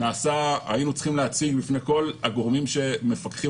היינו צריכים להציג בפני כל הגורמים שמפקחים